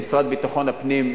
המשרד לביטחון הפנים,